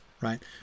right